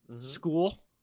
school